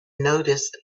noticed